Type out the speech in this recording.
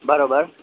बराबरि